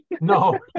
No